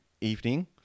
evening